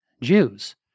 Jews